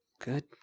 Good